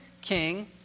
king